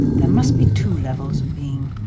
there must be two levels of being,